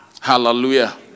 Hallelujah